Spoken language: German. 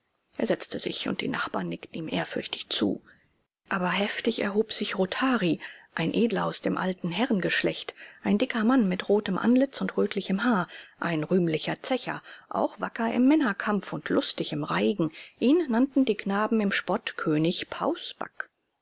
er setzte sich und die nachbarn nickten ihm ehrfürchtig zu aber heftig erhob sich rothari ein edler aus dem alten herrengeschlecht ein dicker mann mit rotem antlitz und rötlichem haar ein rühmlicher zecher auch wacker im männerkampf und lustig im reigen ihn nannten die knaben im spott könig pausback